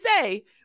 say